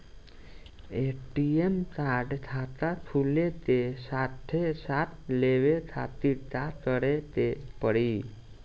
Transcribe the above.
ATM card खाता खुले के साथे साथ लेवे खातिर का करे के पड़ी?